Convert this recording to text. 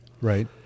right